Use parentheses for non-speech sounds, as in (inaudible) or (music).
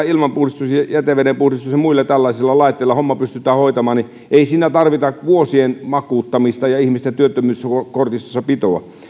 (unintelligible) ilmanpuhdistus ja jätevedenpuhdistus ja muilla tällaisilla laitteilla homma pystytään hoitamaan tarvita vuosien makuuttamista ja ihmisten työttömyyskortistossa pitoa